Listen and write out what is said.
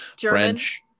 French